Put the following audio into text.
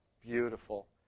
beautiful